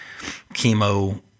chemo